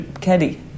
Kenny